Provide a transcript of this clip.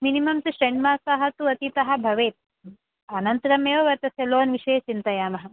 minimum तु षण्मासाः तु अतीताः भवेयुः अनन्तरमेव तस्य लोन् विषये चिन्तयामः